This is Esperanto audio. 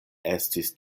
estis